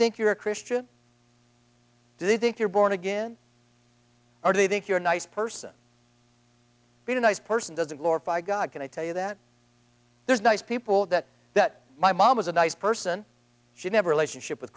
think you're a christian do they think you're born again or do you think you're a nice person being a nice person doesn't glorify god can i tell you that there's nice people that that my mom was a nice person she never left the ship with